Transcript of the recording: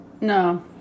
No